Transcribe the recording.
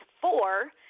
four